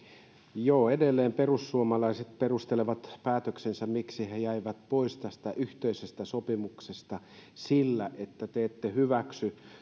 joo edelleen perussuomalaiset perustelevat päätöksensä miksi he jäivät pois tästä yhteisestä sopimuksesta sillä että he eivät hyväksy